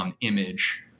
image